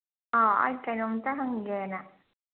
ꯑꯥ ꯑꯩ ꯀꯩꯅꯣꯝꯇ ꯍꯪꯒꯦꯅ